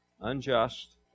unjust